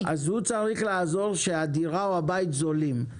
זו אדמת מדינה ומי שצריך לחלק אדמה זו המדינה ולא ראשי